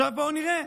בואו נראה,